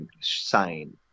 sign